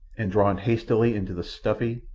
and drawn hastily into the stuffy,